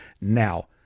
Now